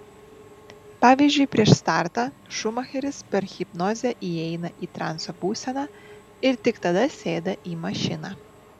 pavyzdžiui prieš startą šumacheris per hipnozę įeina į transo būseną ir tik tada sėda į mašiną